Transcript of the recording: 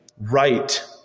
right